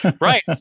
Right